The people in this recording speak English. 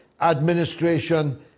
administration